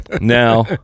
now